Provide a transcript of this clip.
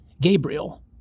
Gabriel